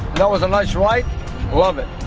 that was a nice right love it